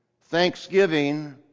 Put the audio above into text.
thanksgiving